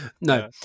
No